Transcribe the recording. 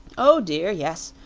oh, dear, yes.